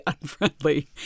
unfriendly